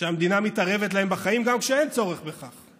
שהמדינה מתערבת להם בחיים גם כשאין צורך בכך.